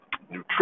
nutrition